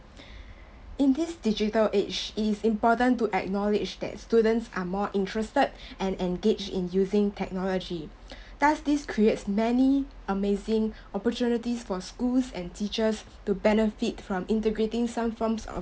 in this digital age it is to important to acknowledge that students are more interested and engaged in using technology thus this creates many amazing opportunities for schools and teachers to benefit from integrating some forms of